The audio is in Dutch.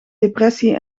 depressie